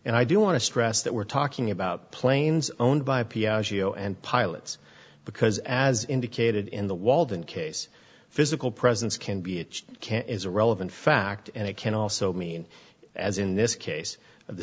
and i do want to stress that we're talking about planes owned by p and pilots because as indicated in the walden case physical presence can be a can is a relevant fact and it can also mean as in this case